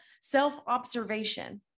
self-observation